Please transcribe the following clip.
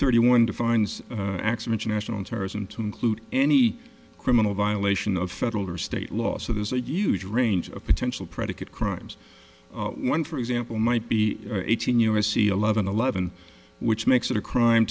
thirty one defines x mention national terrorism to include any criminal violation of federal or state law so there's a huge range of potential predicate crimes one for example might be eighteen u s c eleven eleven which makes it a crime